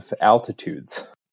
altitudes